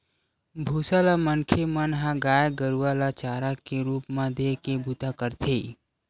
भूसा ल मनखे मन ह गाय गरुवा ल चारा के रुप म देय के बूता करथे